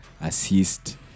assist